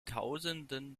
tausenden